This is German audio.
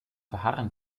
verharren